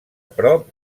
prop